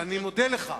אני מודה לך.